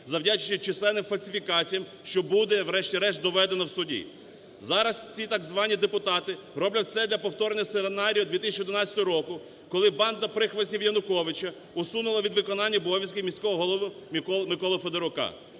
завдячуючи численним фальсифікаціям, що буде врешті-решт доведено в суді. Зараз ці так звані депутати роблять все для повторного сценарію 2011 року, коли банда прихвостнів Януковича усунула від виконання обов'язків міського голову Миколу Федорука.